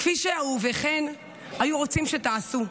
כפי שאהוביכן היו רוצים שתעשו.